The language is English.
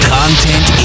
content